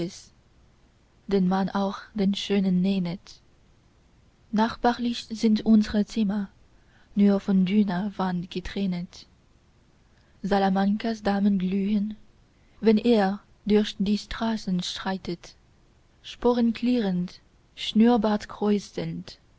den man auch den schönen nennet nachbarlich sind unsre zimmer nur von dünner wand getrennet salamankas damen glühen wenn er durch die straßen schreitet sporenklirrend schnurrbartkräuselnd